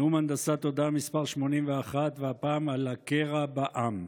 נאום הנדסת תודעה מס' 81, והפעם על הקרע בעם.